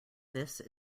this